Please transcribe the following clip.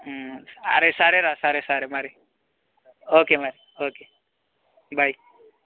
అరే సరే రా సరే సరే మరి ఓకే మరి ఓకే బాయ్